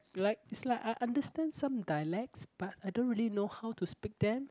like is like I understand some dialects but I don't really know how to speak them